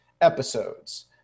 episodes